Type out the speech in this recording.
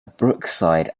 brookside